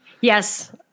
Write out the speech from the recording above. Yes